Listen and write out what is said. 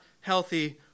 healthy